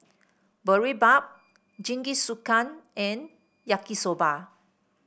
Boribap Jingisukan and Yaki Soba